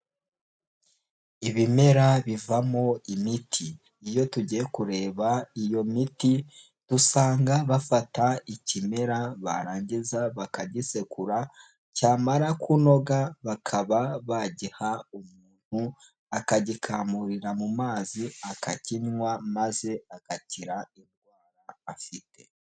Ibimera bivamo imiti. Iyo tugiye kureba iyo miti, dusanga bafata ikimera, barangiza bakagisekura, cyamara kunoga, bakaba bagiha umuntu, akagikamurira mu mazi akakinywa, maze agakira indwara afite.